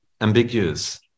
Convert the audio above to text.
ambiguous